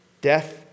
Death